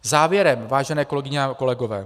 Závěrem, vážené kolegyně a kolegové.